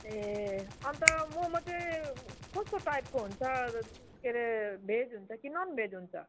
ए अन्त मोमो चाहिँ कस्तो टाइपको हुन्छ अब के अरे भेज हुन्छ कि ननभेज हुन्छ